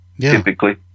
typically